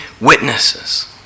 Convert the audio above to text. witnesses